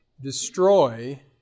destroy